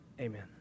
Amen